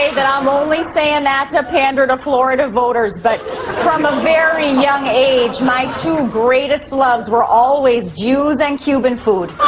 that i'm only saying that to pander to florida voters, but from a very young age, my two greatest loves were always jews and cuban food.